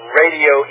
radio